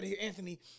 Anthony